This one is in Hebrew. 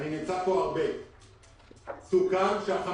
אני נמצא כאן הרבה.